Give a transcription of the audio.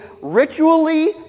ritually